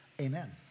Amen